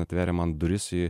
atvėrė man duris į